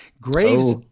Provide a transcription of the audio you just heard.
Graves